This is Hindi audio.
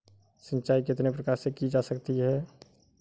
सिंचाई कितने प्रकार से की जा सकती है?